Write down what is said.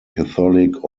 catholic